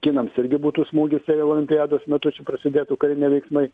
kinams irgi būtų smūgis jei olimpiados metu čia prasidėtų kariniai veiksmai